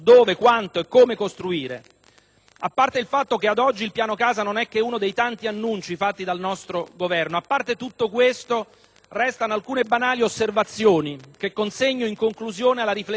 a parte il fatto che ad oggi il piano casa non è che uno dei tanti annunci fatti dal nostro Governo; a parte tutto questo, restano alcune banali osservazioni che consegno in conclusione alla riflessione e al giudizio di tutti i colleghi: